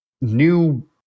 new